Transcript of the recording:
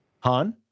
han